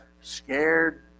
scared